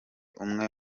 umwe